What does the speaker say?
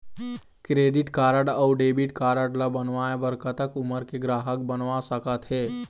Credit card अऊ debit card ला बनवाए बर कतक उमर के ग्राहक बनवा सका थे?